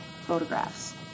photographs